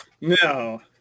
no